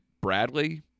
Bradley